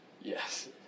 Yes